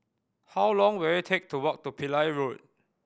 how long will it take to walk to Pillai Road